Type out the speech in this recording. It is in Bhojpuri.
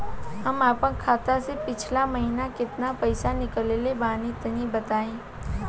हम आपन खाता से पिछला महीना केतना पईसा निकलने बानि तनि बताईं?